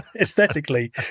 aesthetically